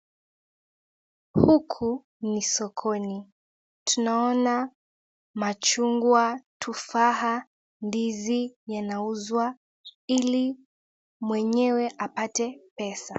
Huku ni sokoni, tunaona machungwa, tufaha, ndizi inauzwa ili mwenyewe apate pesa.